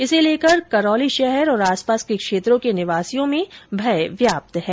इसे लेकर करौली शहर और आस पास के क्षेत्रों के निवासियों में भय व्याप्त है